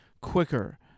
quicker